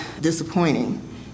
disappointing